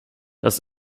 das